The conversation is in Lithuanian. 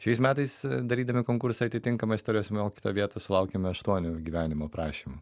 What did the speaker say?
šiais metais darydami konkursą į atitinkamą istorijos mokytojo vietą sulaukėme aštuonių gyvenimo aprašymų